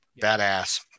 badass